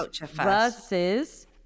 versus